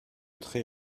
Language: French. très